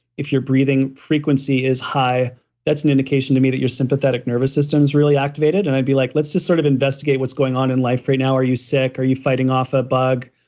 if your breathing frequency is high that's an indication to me that your sympathetic nervous system is really activated, and i'd be like, let's just sort of investigate what's going on in life right now. are you sick? are you fighting off a bug?